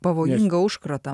pavojingą užkratą